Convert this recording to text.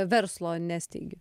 verslo nesteigi